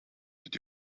that